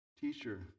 Teacher